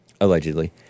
allegedly